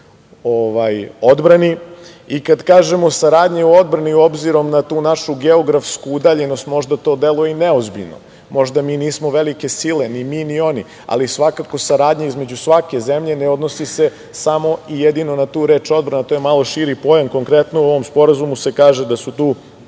odbrani. Kad kažemo saradnja u odbrani, obzirom na tu našu geografsku udaljenost možda to deluje i neozbiljno, možda mi nismo velike sile, ni mi ni oni, ali svakako saradnja između svake zemlje ne odnosi se samo i jedino na tu reč – odbrana, to je malo širi pojam. Konkretno u ovom sporazumu se kaže da su tu